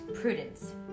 Prudence